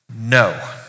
No